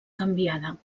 canviada